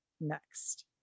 next